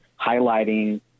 highlighting